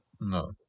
No